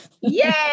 Yay